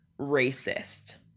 racist